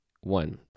one